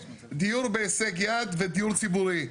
דיור בהישג יד ודיור ציבורי.